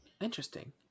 Interesting